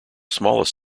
smallest